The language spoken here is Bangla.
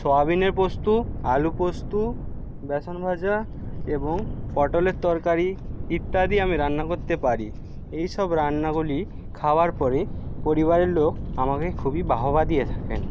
সোয়াবিনের পোস্তু আলু পোস্তু ব্যাসন ভাজা এবং পটলের তরকারি ইত্যাদি আমি রান্না করতে পারি এই সব রান্নাগুলি খাওয়ার পরে পরিবারের লোক আমাকে খুবই বাহবা দিয়ে থাকেন